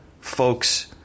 folks